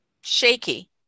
shaky